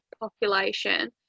population